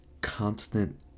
constant